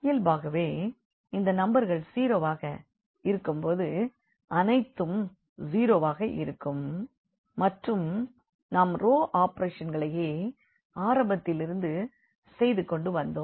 இயல்பாகவே இந்த நம்பர்கள் 0 வாக இருக்கும் போது அனைத்தும் 0 வாக இருக்கும் மற்றும் நாம் ரோ ஆபரேஷன்களையே ஆரம்பத்திலிருந்து செய்து கொண்டுவந்தோம்